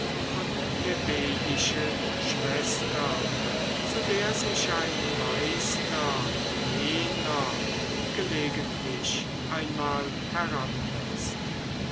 und plebejische schwester zu der sich ein meister jener gelegentlich einmal